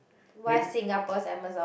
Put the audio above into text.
why Singapore's Amazon